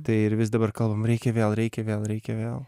tai ir vis dabar kalbam reikia vėl reikia vėl reikia vėl